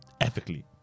ethically